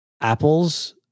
Apple's